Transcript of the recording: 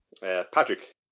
Patrick